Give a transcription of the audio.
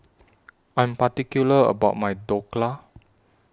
I Am particular about My Dhokla